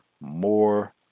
more